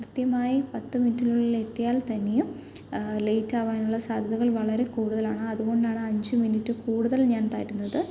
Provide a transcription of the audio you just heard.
കൃത്യമായി പത്ത് മിനുറ്റിനുള്ളിൽ എത്തിയാൽ തന്നെയും ലേറ്റ് അവാനുള്ള സാധ്യതകൾ വളരെ കൂടുതലാണ് അത്കൊണ്ടാണ് അഞ്ച് മിനിറ്റ് കൂടുതൽ ഞാൻ തരുന്നത്